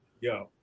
Yo